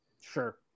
Sure